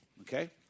okay